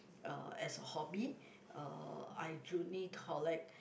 uh as a hobby uh I only collect